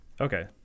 okay